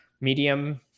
medium